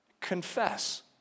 confess